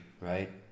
right